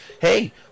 hey